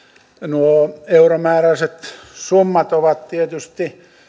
nuo euromääräiset summat ovat tietysti